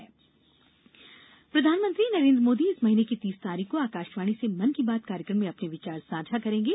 मन की बात प्रधानमंत्री नरेन्द्र मोदी इस महीने की तीस तारीख को आकाशवाणी से मन की बात कार्यक्रम में अपने विचार साझा करेंगे